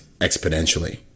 exponentially